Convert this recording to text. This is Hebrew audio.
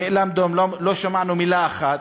נאלם דום, ולא שמענו מילה אחת.